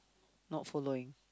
not following